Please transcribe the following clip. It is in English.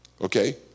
Okay